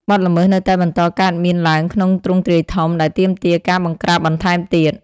បទល្មើសនៅតែបន្តកើតមានឡើងក្នុងទ្រង់ទ្រាយធំ ដែលទាមទារការបង្ក្រាបបន្ថែមទៀត។